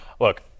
look –